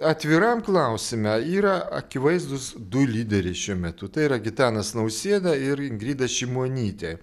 atviram klausime yra akivaizdūs du lyderiai šiuo metu tai yra gitanas nausėda ir ingrida šimonytė